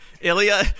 Ilya